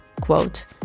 quote